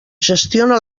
gestiona